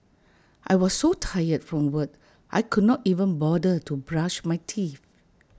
I was so tired from work I could not even bother to brush my teeth